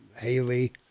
Haley